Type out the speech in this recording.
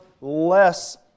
less